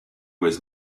was